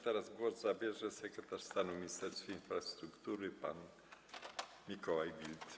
Teraz głos zabierze sekretarz stanu w Ministerstwie Infrastruktury pan Mikołaj Wild.